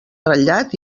ratllat